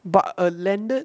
but a landed